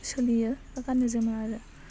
सोलियो बा गानो जोमो आरो